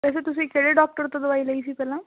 ਵੈਸੇ ਤੁਸੀਂ ਕਿਹੜੇ ਡਾਕਟਰ ਤੋਂ ਦਵਾਈ ਲਈ ਸੀ ਪਹਿਲਾਂ